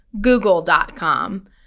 google.com